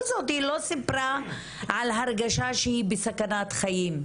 זאת היא לא סיפרה על הרגשה שהיא בסכנת חיים,